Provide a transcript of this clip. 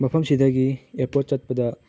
ꯃꯐꯝꯁꯤꯗꯒꯤ ꯑꯦꯌꯥꯔꯄꯣꯔꯠ ꯆꯠꯄꯗ